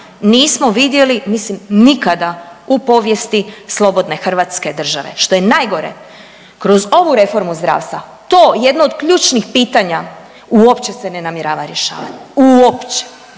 nismo vidjeli mislim nikada u povijesti slobodne hrvatske države. Što je najgore, kroz ovu reformu zdravstva, to, jedno od ključnih pitanja uopće se ne namjerava rješavat, uopće